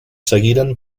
seguiren